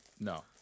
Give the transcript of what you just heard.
No